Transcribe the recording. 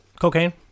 cocaine